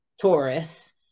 Taurus